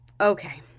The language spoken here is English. okay